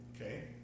Okay